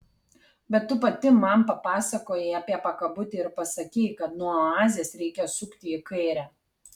bet tu pati man papasakojai apie pakabutį ir pasakei kad nuo oazės reikia sukti į kairę